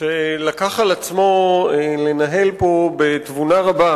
שלקח על עצמו לנהל בתבונה רבה